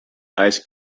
ice